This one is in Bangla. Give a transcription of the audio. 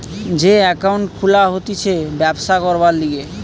যে একাউন্ট খুলা হতিছে ব্যবসা করবার লিগে